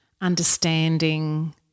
understanding